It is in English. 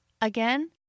Again